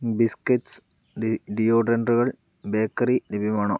biscuits ഡിയോഡ്രൻറ്റുകൾ bakery ലഭ്യമാണോ